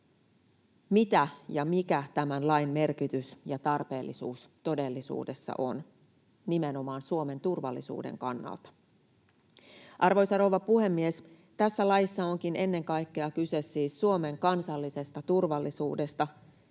siitä, mikä tämän lain merkitys ja tarpeellisuus todellisuudessa on nimenomaan Suomen turvallisuuden kannalta. Arvoisa rouva puhemies! Tässä laissa onkin ennen kaikkea kyse siis Suomen kansallisesta turvallisuudesta,